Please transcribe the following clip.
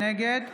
נגד